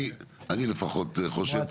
אני לפחות חושב ככה.